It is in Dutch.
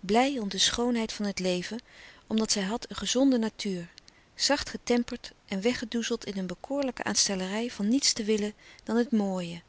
blij om de schoonheid van het leven omdat zij had een gezonde natuur zacht getemperd en weg gedoezeld in een bekoorlijke aanstellerij van niets te willen dan het mooie